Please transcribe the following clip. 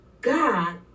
God